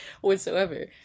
whatsoever